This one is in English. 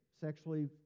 sexually